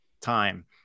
time